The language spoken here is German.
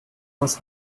was